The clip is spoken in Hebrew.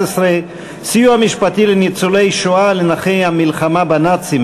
11) (סיוע משפטי לניצולי שואה ולנכי המלחמה בנאצים,